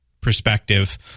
perspective